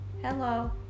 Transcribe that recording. Hello